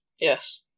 yes